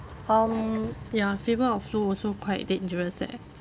um ya fever or flu also quite dangerous eh